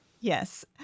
Yes